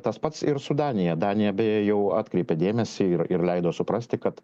tas pats ir su danija danija beje jau atkreipė dėmesį ir ir leido suprasti kad